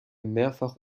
mehrfach